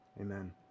Amen